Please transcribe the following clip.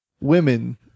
women